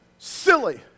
silly